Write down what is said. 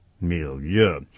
milieu